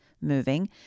moving